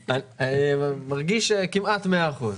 מרגיש כמעט מאה אחוז.